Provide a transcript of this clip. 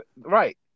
Right